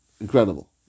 incredible